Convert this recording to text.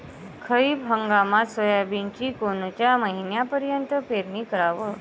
खरीप हंगामात सोयाबीनची कोनच्या महिन्यापर्यंत पेरनी कराव?